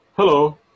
Hello